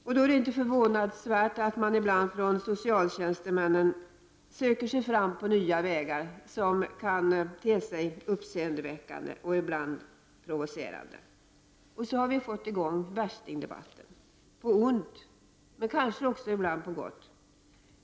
Därför är det inte så förvånande att socialtjänsten söker sig fram på nya vägar som ibland kan te sig uppseendeväckande och provocerande. Så har vi fått i gång ”värstingdebatten” — på ont, men kanske ibland också på gott.